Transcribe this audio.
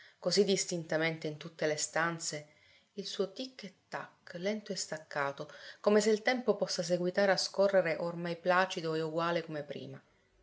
così distintamente in tutte le stanze il suo tic e tac lento e staccato come se il tempo possa seguitare a scorrere ormai placido e uguale come prima